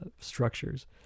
structures